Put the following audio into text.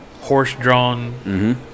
horse-drawn